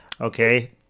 Okay